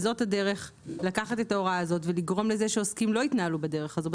זאת הדרך לקחת את ההוראה הזאת ולגרום לזה שעוסקים לא יתנהלו בדרך הזו.